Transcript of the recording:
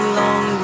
long